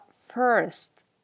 first